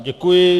Děkuji.